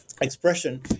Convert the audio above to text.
expression